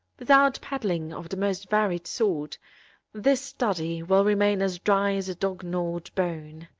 without pedalling of the most varied sort this study will remain as dry as a dog-gnawed bone.